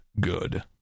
good